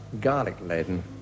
Garlic-laden